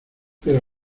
pero